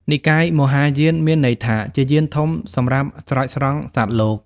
និកាយមហាយាន មានន័យថាជាយានធំសម្រាប់ស្រោចស្រង់សត្វលោក។